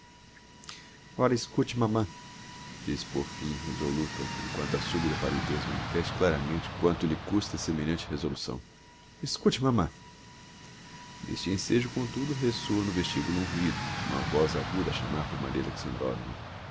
ora escute mamã diz por fim resoluta comquanto a subita pallidez manifeste claramente quanto lhe custa semelhante resolução escute mamã n'este ensejo comtudo resôa no vestibulo um ruido uma voz aguda a chamar por maria